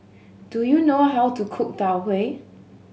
do you know how to cook Tau Huay